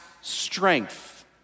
strength